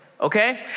Okay